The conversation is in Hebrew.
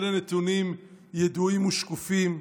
אלה נתונים ידועים ושקופים.